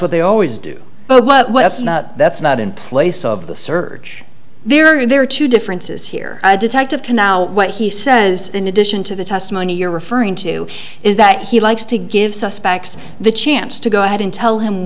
what they always do but what's not that's not in place of the surge there are there are two differences here a detective can now what he says in addition to the testimony you're referring to is that he likes to give suspects the chance to go ahead and